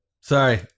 Sorry